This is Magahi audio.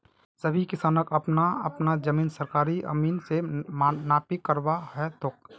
सभी किसानक अपना अपना जमीन सरकारी अमीन स नापी करवा ह तेक